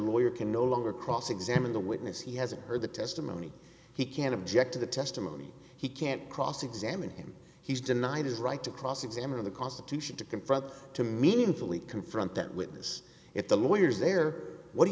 lawyer can no longer cross examine the witness he hasn't heard the testimony he can't object to the testimony he can't cross examine him he's denied his right to cross examine the constitution to confront to meaningfully confront that witness if the lawyers there what do